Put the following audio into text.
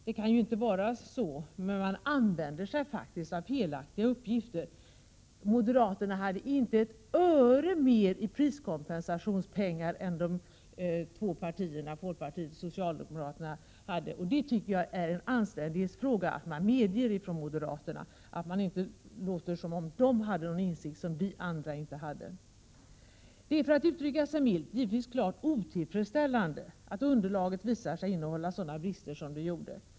Det kan ju inte vara så, men han — 1 juni 1988 använde sig faktiskt av felaktiga uppgifter. Moderaterna föreslår i verkligheten inte ett öre mer till priskompensation än folkpartiet och socialdemokraterna. Det är en anständighetsfråga att moderaterna medger detta förhållande, så att det inte verkar som om de hade insikter som vi andra saknade. Det är, för att uttrycka sig milt, givetvis klart otillfredsställande att underlaget visar sig innehålla sådana brister.